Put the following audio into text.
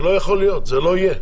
זה לא יכול להיות, זה לא יהיה.